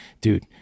Dude